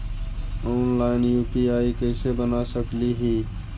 Online UPI कैसे बना सकली ही?